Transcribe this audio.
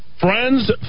friends